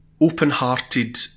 open-hearted